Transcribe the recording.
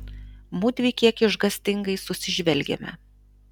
mudvi kiek išgąstingai susižvelgėme